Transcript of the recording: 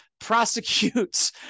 prosecutes